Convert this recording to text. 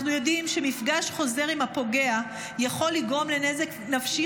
אנחנו יודעים שמפגש חוזר עם הפוגע יכול לגרום לנזק נפשי